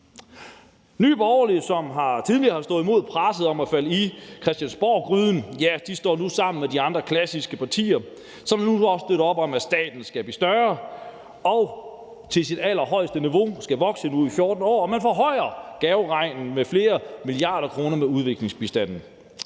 Nye Borgerlige, som tidligere har stået imod presset om at falde i Christiansborggryden, står nu sammen med de andre klassiske partier, som også støtter op om, at staten skal blive større, og at den nu skal vokse til sit allerhøjeste niveau i 14 år, og man forøger med udviklingsbistanden